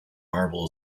marvel